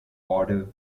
author